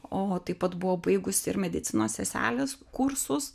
o taip pat buvo baigusi ir medicinos seselės kursus